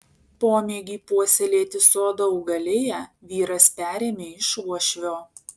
pomėgį puoselėti sodo augaliją vyras perėmė iš uošvio